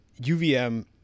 UVM